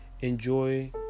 enjoy